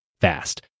fast